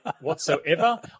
whatsoever